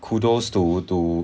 kudos to to